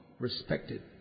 respected